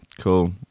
cool